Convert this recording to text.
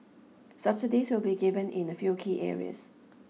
subsidies will be given in a few key areas